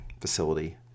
facility